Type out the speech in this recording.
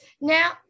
now